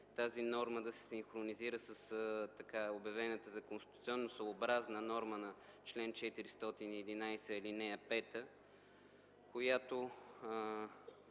тази норма да се синхронизира с обявената за конституционно съобразна норма на чл. 411, ал. 5, която